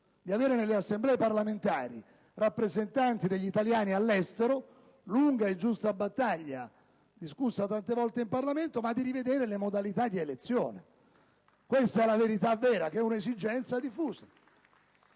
di avere nelle Assemblee parlamentari rappresentanti degli italiani all'estero (lunga e giusta battaglia discussa tante volte in Parlamento), ma di rivedere le modalità di elezione - questa è la verità - che è un'esigenza diffusa.